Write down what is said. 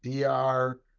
DR